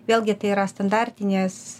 vėlgi tai yra standartinės